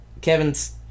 Kevin's